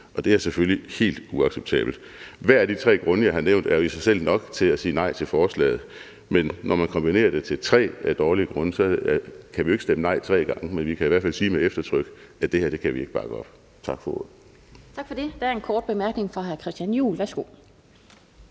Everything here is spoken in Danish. og det er selvfølgelig helt uacceptabelt. Hver af de tre grunde, jeg har nævnt, er jo i sig selv nok til at sige nej til forslaget. Men når man kombinerer det til tre dårlige grunde, kan vi jo ikke stemme nej tre gange, men vi kan i hvert fald sige med eftertryk, at det her kan vi ikke bakke op. Tak for ordet. Kl. 12:07 Den fg. formand